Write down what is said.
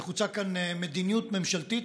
נחוצה כאן מדיניות ממשלתית,